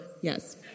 yes